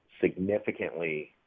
significantly